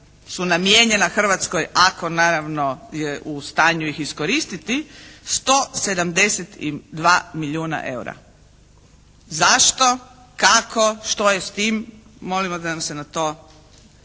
su namijenjena Hrvatskoj ako naravno ih je u stanju iskoristiti, 172 milijuna eura. Zašto? Kako? Što je s tim? Molimo da nam se na to